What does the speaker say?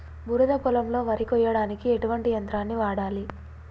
బురద పొలంలో వరి కొయ్యడానికి ఎటువంటి యంత్రాన్ని వాడాలి?